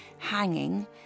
Hanging